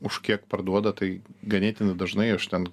už kiek parduoda tai ganėtinai dažnai aš ten